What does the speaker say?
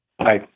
Hi